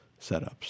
setups